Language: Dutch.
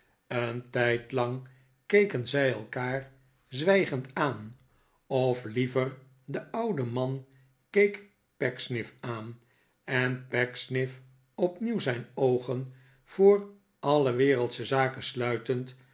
een tijdlang keken zij elkaar zwijgend aan of liever de oude man keek pecksniff aan en pecksniff opnieuw zijn oogen voor alle wereldsche zaken sluitend